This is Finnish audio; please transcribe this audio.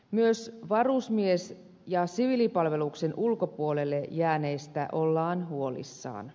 myös varusmies ja siviilipalveluksen ulkopuolelle jääneistä ollaan huolissaan